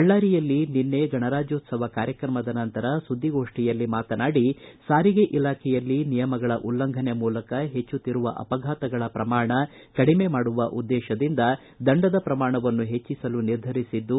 ಬಳ್ಳಾರಿಯಲ್ಲಿ ನಿನ್ನೆ ಗಣರಾಜ್ಯೋತ್ಸವ ಕಾರ್ಯತ್ರಮದ ನಂತರ ಸುದ್ದಿ ಗೋಷ್ಠಿಯಲ್ಲಿ ಮಾತನಾಡಿ ಒಂದು ದೇಶ ಒಂದು ತೆರಿಗೆ ಎಂಬ ನಿಟ್ಟನಲ್ಲಿ ಸಾರಿಗೆ ಇಲಾಖೆಯಲ್ಲಿ ನಿಯಮಗಳ ಉಲ್ಲಂಘನೆ ಮೂಲಕ ಹೆಚ್ಚುಕ್ತಿರುವ ಅಪಘಾತಗಳ ಪ್ರಮಾಣ ಕಡಿಮೆ ಮಾಡುವ ಉದ್ದೇಶದಿಂದ ದಂಡದ ಪ್ರಮಾಣವನ್ನು ಹೆಚ್ಚಸಲು ನಿರ್ಧರಿಸಿದ್ದು